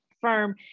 firm